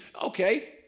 okay